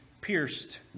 pierced